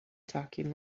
talking